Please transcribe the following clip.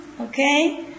okay